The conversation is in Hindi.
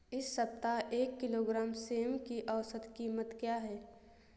इस सप्ताह एक किलोग्राम सेम की औसत कीमत क्या है?